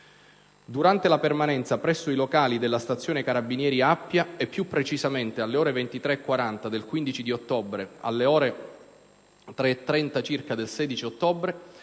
Durante la permanenza presso i locali della stazione carabinieri Appia, e più precisamente dalle ore 23,40 del 15 ottobre alle ore 3,30 circa del 16 ottobre,